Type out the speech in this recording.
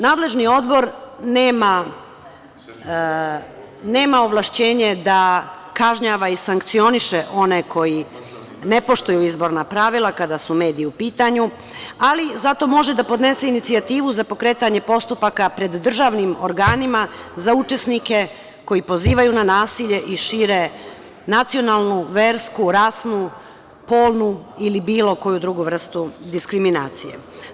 Nadležni odbor nema ovlašćenje da kažnjava i sankcioniše one koji ne poštuju izborna pravila kada su mediji u pitanju, ali zato može da podnese inicijativu za pokretanje postupaka pred državnim organima za učesnike koji pozivaju na nasilje i šire nacionalnu, versku, rasnu, polnu ili bilo koju drugu vrstu diskriminacije.